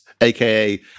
aka